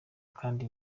kandi